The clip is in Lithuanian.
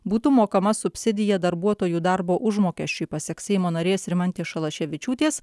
būtų mokama subsidija darbuotojų darbo užmokesčiui pasak seimo narės rimantės šalaševičiūtės